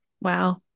Wow